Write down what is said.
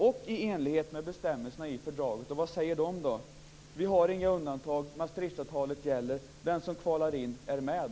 Och vad säger fördraget? Jo, vi har inget undantag. Maastrichtfördraget gäller. Den som kvalar in är med.